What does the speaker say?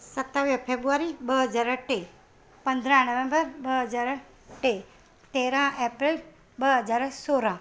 सतावीह फेबुवरी ॿ हज़ार टे पंद्रहां नवंबर ॿ हज़ार टे तेरहां एप्रैल ॿ हज़ार सोरहां